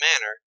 manner